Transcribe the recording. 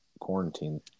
quarantine